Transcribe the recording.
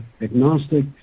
agnostic